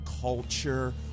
culture